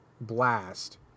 blast